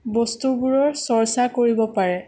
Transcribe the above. বস্তুবোৰৰ চৰ্চা কৰিব পাৰে